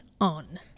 on